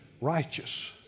righteous